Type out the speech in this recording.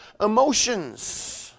Emotions